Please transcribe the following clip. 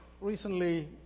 recently